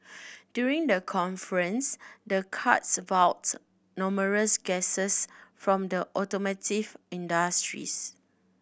during the conference the karts wowed numerous guests from the automotive industries